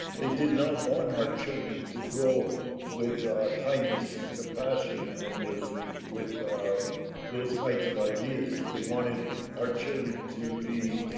they did not want our children to go with kindness and compassion and with with those kinds of ideas, they wanted our children to be